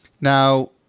Now